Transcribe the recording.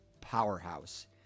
powerhouse